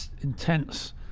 intense